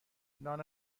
نان